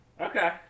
okay